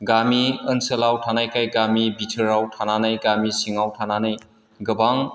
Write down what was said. गामि ओनसोलाव थानायखाय गामि बिथोराव थानानै गामि सिङाव थानानै गोबां